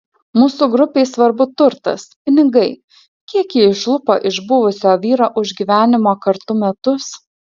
mūsų grupei svarbu turtas pinigai kiek ji išlupo iš buvusio vyro už gyvenimo kartu metus